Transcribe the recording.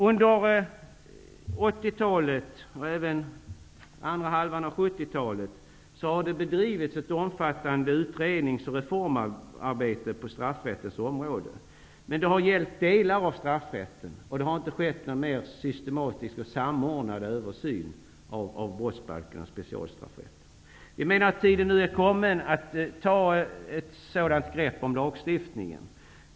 Under 80-talet och även andra halvan av 70-talet har det bedrivits ett omfattande utrednings och reformarbete på straffrättens område, men det har gällt delar av straffrätten, och det har inte skett någon mer systematisk och samordnad översyn av brottsbalkens specialstraffrätt. Vi menar att tiden nu är kommen att ta ett sådant grepp om lagstiftningen.